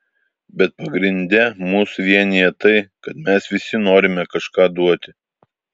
bet pagrinde mus vienija tai kad mes visi norime kažką duoti